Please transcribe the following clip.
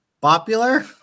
popular